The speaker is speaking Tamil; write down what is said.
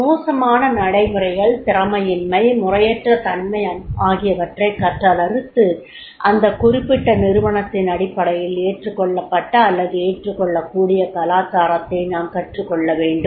மோசமான நடைமுறைகள்திறமையின்மை முறையற்ற தன்மை போன்றவற்றை கற்றலறுத்து அந்த குறிப்பிட்ட நிறுவனத்தின் அடிப்படையில் ஏற்றுக்கொள்ளப்பட்ட அல்லது ஏற்றுக்கொள்ளக்கூடிய கலாச்சாரத்தை நாம் கற்றுக் கொள்ள வேண்டும்